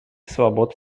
свобод